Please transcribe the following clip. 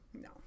no